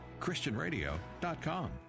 Christianradio.com